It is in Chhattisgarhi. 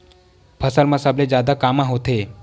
फसल मा सबले जादा कामा होथे?